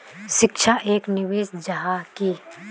शिक्षा एक निवेश जाहा की?